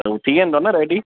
त हू थी वेंदो न रेडी